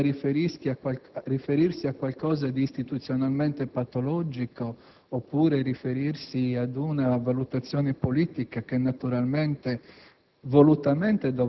intenda riferirsi a qualcosa di istituzionalmente patologico oppure ad una valutazione politica, che naturalmente